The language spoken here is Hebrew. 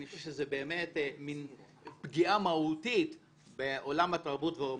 אני חושב שזו באמת פגיעה מהותית בעולם התרבות והאמנות.